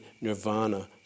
nirvana